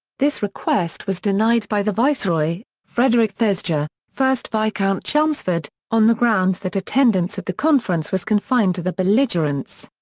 this request was denied by the viceroy, frederic thesiger, ah first viscount chelmsford, on the grounds that attendance at the conference was confined to the belligerents.